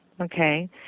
okay